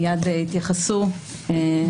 יתייחסו מייד,